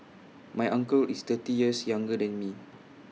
my uncle is thirty years younger than me